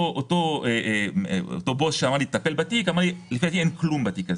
אותו בוס שאמר לי לטפל בתיק אמר לי שלדעתו אין כלום בתיק.